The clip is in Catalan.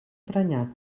prenyat